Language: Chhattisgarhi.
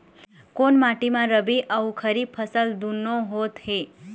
कोन माटी म रबी अऊ खरीफ फसल दूनों होत हे?